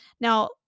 Now